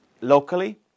locally